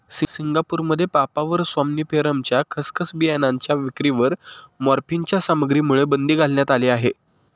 सिंगापूरमध्ये पापाव्हर सॉम्निफेरमच्या खसखस बियाणांच्या विक्रीवर मॉर्फिनच्या सामग्रीमुळे बंदी घालण्यात आली आहे